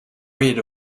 rid